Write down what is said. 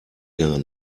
gar